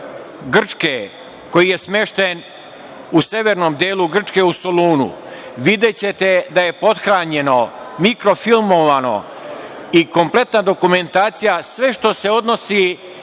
Grčke koji je smešten u severnom delu Grčke, u Solunu videćete da je podhranjeno, mikrofilmovano i kompletna dokumentacija sve što se odnosi